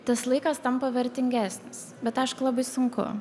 tas laikas tampa vertingesnis bet aišku labai sunku